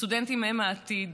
הסטודנטים הם העתיד,